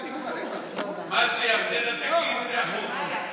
מיקי, מה שירדנה תגיד זה החוק.